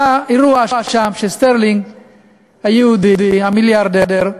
היה אירוע שם, שסטרלינג, היהודי המיליארדר,